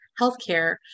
healthcare